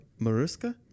Maruska